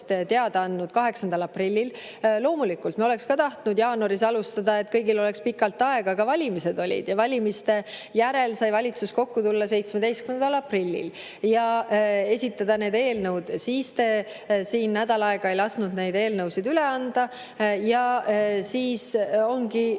teada andnud 8. aprillil. Loomulikult me oleksime ka tahtnud jaanuaris alustada, et kõigil oleks pikalt aega, aga valimised olid ja valimiste järel sai valitsus kokku tulla 17. aprillil ja esitada need eelnõud. Siis te siin nädal aega ei lasknud neid eelnõusid üle anda. Ja siis ongi